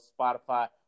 Spotify